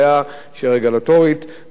רגולטורית, בעיה של רגולטור,